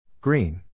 Green